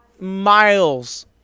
miles